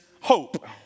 hope